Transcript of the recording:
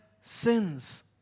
sins